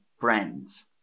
friends